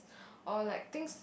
or like things